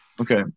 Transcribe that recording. Okay